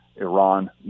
Iran